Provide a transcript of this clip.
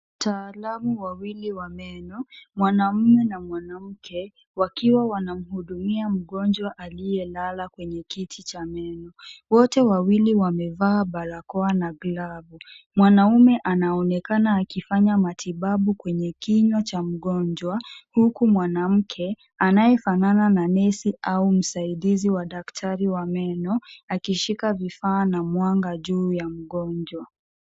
Wataalamu wawili wa meno, mwanaume na mwanamke, wakiwa wanamhudumia mgonjwa aliyelala kwenye kiti cha meno, wote wawili wamevaa barakoa na glavu. Mwanaume anaonekana akifanya matibabu kwenye kinywa cha mgonjwa, huku mwanamke anayefanana na nesi au msaidizi wa daktari wa meno akishika vifaa na mwanga juu ya mgonjwa.